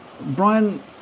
Brian